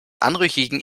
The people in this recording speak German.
anrüchigen